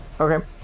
Okay